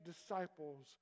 disciples